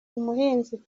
umuhinzi